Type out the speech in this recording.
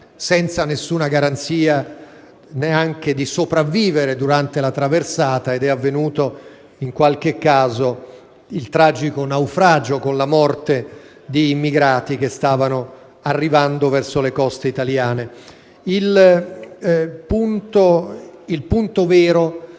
senza alcuna garanzia neanche di sopravvivere durante la traversata. È avvenuto in qualche caso il tragico naufragio, con la morte di immigrati che stavano arrivando verso le coste italiane. Il punto vero